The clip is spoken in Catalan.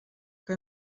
que